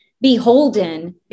beholden